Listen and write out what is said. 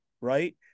right